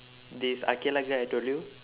this aqilah girl I told you